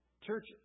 Church